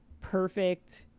perfect